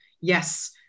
Yes